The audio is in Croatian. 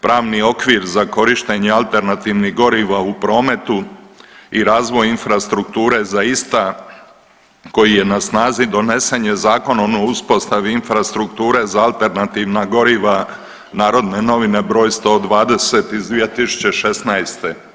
Pravni okvir za korištenje alternativnih goriva u prometu i razvoj infrastrukture za ista koji je na snazi donesen je Zakonom o uspostavi infrastrukture za alternativna goriva NN br. 120/2016.